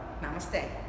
namaste